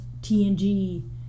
TNG